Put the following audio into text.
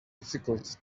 difficult